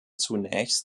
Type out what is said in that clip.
zunächst